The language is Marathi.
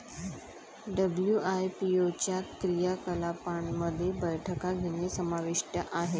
डब्ल्यू.आय.पी.ओ च्या क्रियाकलापांमध्ये बैठका घेणे समाविष्ट आहे